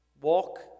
Walk